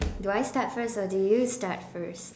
do I start first or do you start first